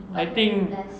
I think